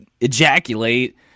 ejaculate